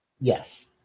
Yes